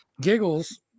Giggles